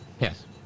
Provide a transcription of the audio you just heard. Yes